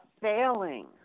failing